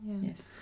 yes